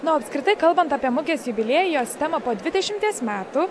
na o apskritai kalbant apie mugės jubiliejų jos temą po dvidešimties metų